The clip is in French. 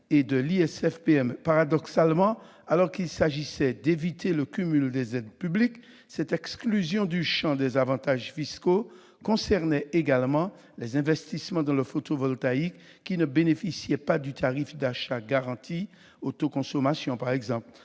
et de l'ISF-PME. Paradoxalement, alors qu'il s'agissait d'éviter le cumul d'aides publiques, cette exclusion du champ des avantages fiscaux concernait également les investissements dans le photovoltaïque qui ne bénéficient pas des tarifs d'achat garantis, en cas d'autoconsommation, par exemple.